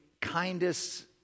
kindest